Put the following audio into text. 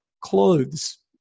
clothes